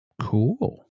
Cool